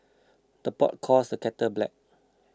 the pot calls the kettle black